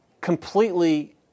completely